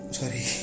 sorry